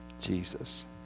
Jesus